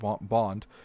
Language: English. Bond